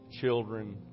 children